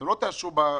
אתם לא תאשרו אותה,